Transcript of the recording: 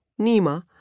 Nima